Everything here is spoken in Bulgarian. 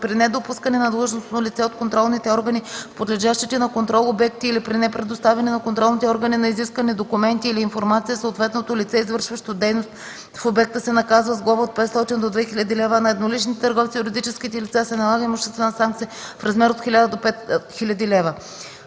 При недопускане на длъжностно лице от контролните органи в подлежащите на контрол обекти или при непредоставяне на контролните органи на изискани документи или информация съответното лице, извършващо дейност в обекта, се наказва с глоба от 500 до 2000 лв., а на едноличните търговци и юридическите лица се налага имуществена санкция в размер от 1000 до 5000 лв.”